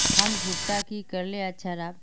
हमर भुट्टा की करले अच्छा राब?